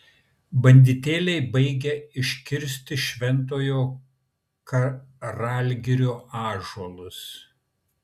banditėliai baigia iškirsti šventojo karalgirio ąžuolus